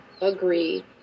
agree